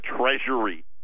Treasury